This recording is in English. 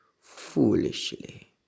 foolishly